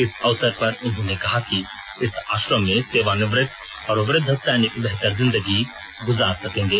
इस अवसर पर उन्होंने कहा कि इस आश्रम में सेवानिवृत और वृद्ध सैनिक बेहतर जिंदगी गुजार सकेंगे